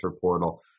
portal